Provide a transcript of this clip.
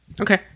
Okay